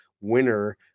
winner